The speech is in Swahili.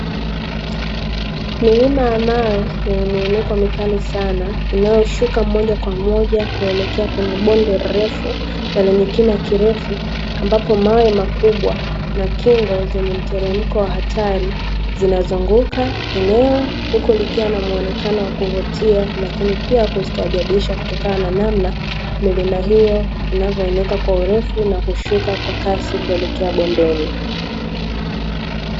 Milima ya mawe yenye miinuko mikali sana, inayoshuka moja kwa moja kuelekea kwenye bonde refu na lenye kina kirefu, ambapo mawe makubwa na kingo zenye mteremko wa hatari, zinazunguka eneo huku likiwa na muonekano wa kuvutia lakini pia kustaajabisha kutokana na namna, milima hiyo inavyo inuka kwa urefu na kushuka kwa kasi kuelekea bondeni.